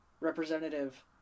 representative